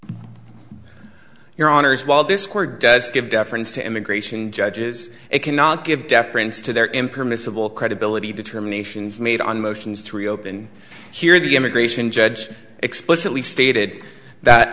you your honour's while this court does give deference to immigration judges it cannot give deference to their impermissible credibility determinations made on motions to reopen here the immigration judge explicitly stated that